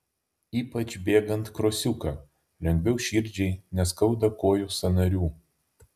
ypač bėgant krosiuką lengviau širdžiai neskauda kojų sąnarių